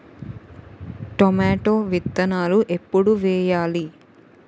Tomato విత్తనాలు ఎప్పుడు వెయ్యాలి?